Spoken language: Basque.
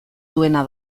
duena